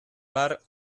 bar